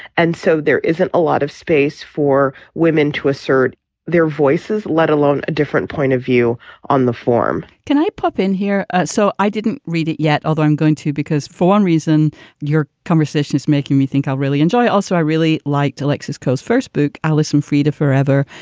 and so there isn't a lot of space for women to assert their voices, let alone a different point of view on the form can i pop in here? so i didn't read it yet, although i'm going to because for one reason your conversation's making me think i'll really enjoy. also, i really liked alexis coast first book, alison freada forever,